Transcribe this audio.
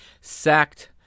sacked